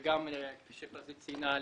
וגם כפי שפזית ציינה,